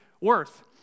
worth